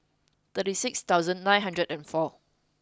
thirty six thousand nine hundred and four